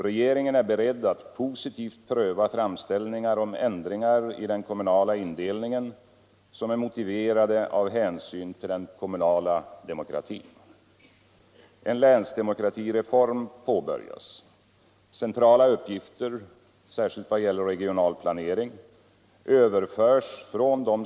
Regeringen är beredd att positivt pröva framställningar om ändringar i den kommunala indelningen som är motiverade av hänsyn till den kommunala demokratin.